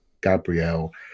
Gabrielle